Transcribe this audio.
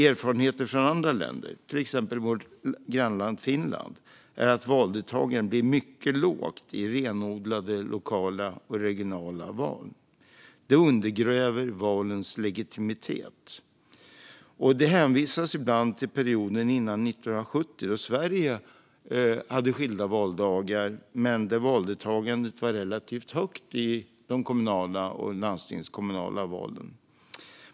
Erfarenheter från andra länder, till exempel vårt grannland Finland, är dock att valdeltagandet blir mycket lågt i renodlade lokala och regionala val. Det undergräver valens legitimitet. Det hänvisas ibland till perioden före 1970, då Sverige hade skilda valdagar men där valdeltagandet ändå var relativt högt i de kommunala och landstingskommunala valen.